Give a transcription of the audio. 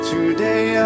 Today